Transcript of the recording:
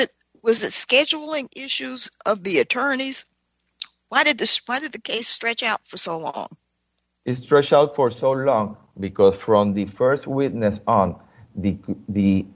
it was a scheduling issues of the attorneys why did despite the case stretch out for so long is stretched out for so long because from the perth witness on the